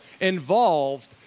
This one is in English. involved